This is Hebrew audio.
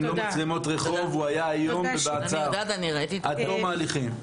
אם לא מצלמות רחוב הוא היה היום במעצר עד תום ההליכים.